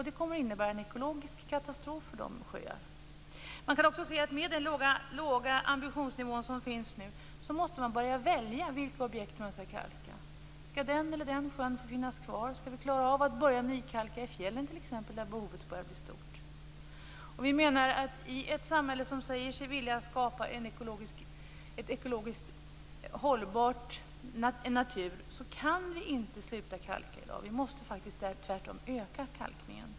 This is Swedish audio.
Det kommer att innebära en ekologisk katastrof för de här sjöarna. Man kan också se att man, med den låga ambitionsnivå som finns i dag, måste börja välja vilka objekt man skall kalka. Skall den eller den sjön få finnas kvar? Skall vi klara av att börja nykalka i fjällen t.ex.? Där börjar behovet bli stort. I ett samhälle som säger sig vilja skapa en ekologiskt hållbar natur menar vi att man faktiskt inte kan sluta kalka i dag. Vi måste tvärtom öka kalkningen.